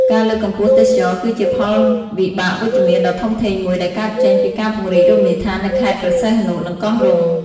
ការលើកកម្ពស់ទេសចរណ៍ គឺជាផលវិបាកវិជ្ជមានដ៏ធំធេងមួយ ដែលកើតចេញពីការពង្រីករមណីយដ្ឋាននៅខេត្តព្រះសីហនុ និងកោះរ៉ុង។